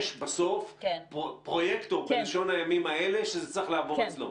בסוף יש פרויקטור מלשון הימים האלה שזה צריך לעבור אצלו?